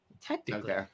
Technically